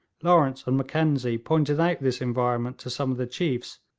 lawrence and mackenzie pointed out this environment to some of the chiefs,